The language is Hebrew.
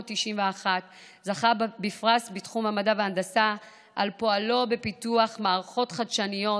וזכה בפרס בתחום המדע וההנדסה על פועלו בפיתוח מערכות חדשניות,